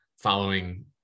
following